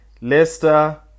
Leicester